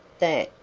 that,